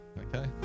Okay